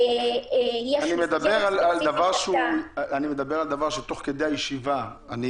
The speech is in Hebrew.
אני מדבר על דבר שתוך כדי הישיבה אני